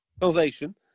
translation